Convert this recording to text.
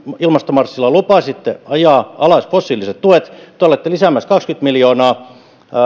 ilmastomarssilla ajaa alas fossiiliset tuet te te olette lisäämässä kaksikymmentä miljoonaa